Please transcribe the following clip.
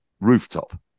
Rooftop